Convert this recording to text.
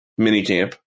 minicamp